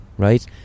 right